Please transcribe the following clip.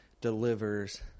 delivers